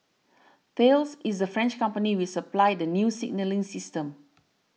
Thales is the French company which supplied the new signalling system